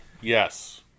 Yes